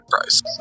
price